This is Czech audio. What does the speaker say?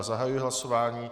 Zahajuji hlasování.